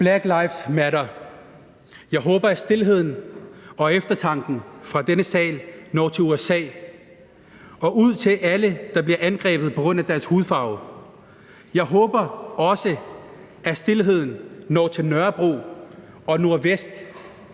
Black lives matter! Jeg håber, at stilheden og eftertanken fra denne sal når til USA og ud til alle, der bliver angrebet på grund af deres hudfarve. Jeg håber også, at stilheden når til Nørrebro og Nordvest,